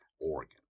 Oregon